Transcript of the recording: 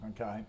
Okay